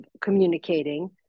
communicating